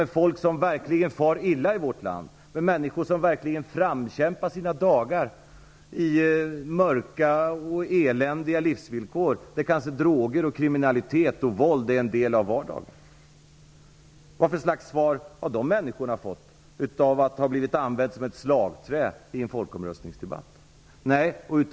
De människor som verkligen far illa i vårt land och framkämpar sina dagar i mörka och eländiga livsvillkor - där kanske droger, kriminalitet och våld är en del av vardagen - vilket svar har de människorna fått av att ha blivit använda som ett slagträ i en folkomröstningsdebatt?